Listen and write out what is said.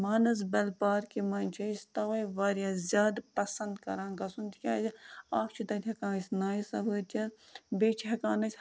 مانَسبَل پارکہِ منٛز چھِ أسۍ تَوَے واریاہ زیادٕ پَسنٛد کَران گَژھُن تِکیٛازِ اکھ چھُ تَتہِ ہٮ۪کان أسۍ نایہِ سَوٲرۍ چٮ۪تھ بیٚیہِ چھِ ہٮ۪کان أسۍ